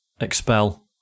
expel